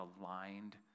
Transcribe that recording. aligned